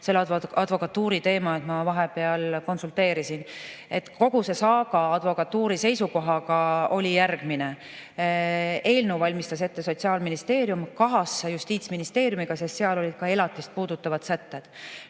selle advokatuuri teema. Ma vahepeal konsulteerisin. Kogu see saaga advokatuuri seisukohaga oli järgmine. Eelnõu valmistas ette Sotsiaalministeerium kahasse Justiitsministeeriumiga, sest seal olid ka elatist puudutavad sätted.